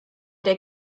der